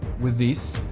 with this,